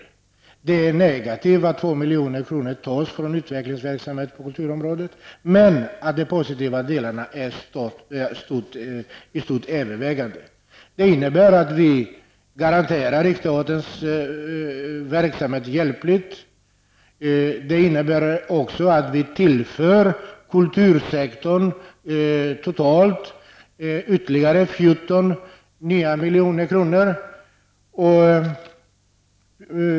Det negativa är att 2 milj.kr. tas från utvecklingsverksamhet på kulturområdet. Men de positiva delarna överväger i stort sett. Överenskommelsen innebär att vi hjälpligt garanterar Riksteaterns verksamhet. Totalt tillför vi kultursektorn ytterligare 14 milj.kr.